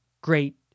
great